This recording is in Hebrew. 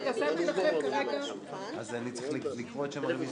הסעיפים אלה שעל השולחן- -- אז אני צריך לקרוא את שם הרביזיה,